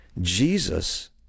Jesus